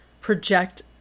project